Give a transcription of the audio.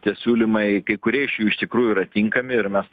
tie siūlymai kai kurie iš jų iš tikrųjų yra tinkami ir mes